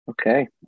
Okay